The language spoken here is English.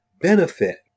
benefit